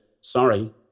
Sorry